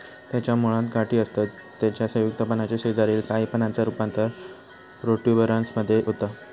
त्याच्या मुळात गाठी असतत त्याच्या संयुक्त पानाच्या शेजारील काही पानांचा रूपांतर प्रोट्युबरन्स मध्ये होता